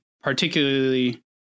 particularly